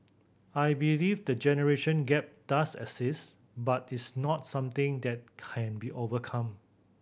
I believe the generation gap does exist but it's not something that can't be overcome